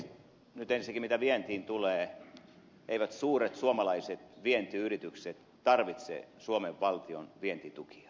nyt ensinnäkin mitä vientiin tulee eivät suuret suomalaiset vientiyritykset tarvitse suomen valtion vientitukia